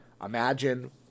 Imagine